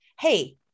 hey